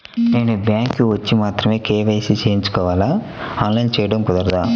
నేను బ్యాంక్ వచ్చి మాత్రమే కే.వై.సి చేయించుకోవాలా? ఆన్లైన్లో చేయటం కుదరదా?